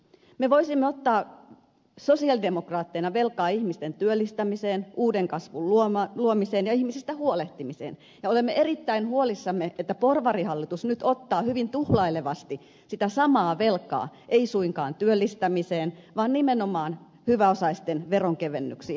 me voisimme ottaa sosialidemokraatteina velkaa ihmisten työllistämiseen uuden kasvun luomiseen ja ihmisistä huolehtimiseen ja olemme erittäin huolissamme että porvarihallitus nyt ottaa hyvin tuhlailevasti sitä samaa velkaa ei suinkaan työllistämiseen vaan nimenomaan hyväosaisten veronkevennyksiin